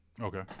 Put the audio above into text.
Okay